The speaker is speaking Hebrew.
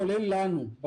כולל לנו,